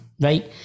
right